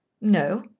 No